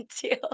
deal